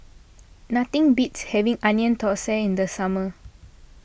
nothing beats having Onion Thosai in the summer